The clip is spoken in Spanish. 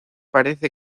parece